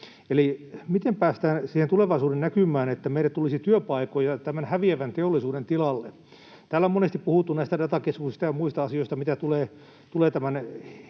miten päästään siihen tulevaisuuden näkymään, että meille tulisi työpaikkoja tämän häviävän teollisuuden tilalle? Täällä on monesti puhuttu datakeskuksista ja muista asioista,